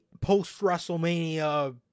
post-WrestleMania